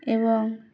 এবং